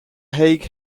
hague